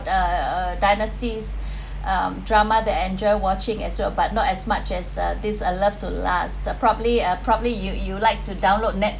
err dynasties uh drama that enjoy watching as well but not as much as uh this uh love to last the probably uh probably you you would like to download